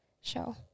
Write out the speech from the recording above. show